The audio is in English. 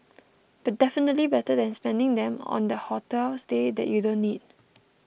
definitely better than spending them on that hotel stay that you don't need